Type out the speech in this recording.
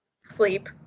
Sleep